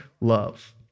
love